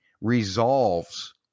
resolves